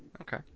okay